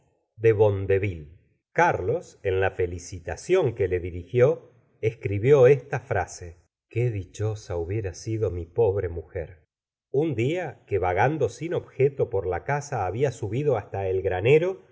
de bondeville carlos en la felicitación que le dirigió escribió esta frase qué dichosa hubiera sido mi pobre mujer o un día que va oiw objeto por la casa había subido hasta el granero